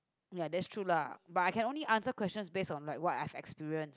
ya that's true lah but I can only answer questions based on what I had experienced